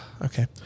Okay